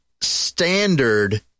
standard